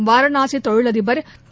வாரணாசிதொழிலதிபா் திரு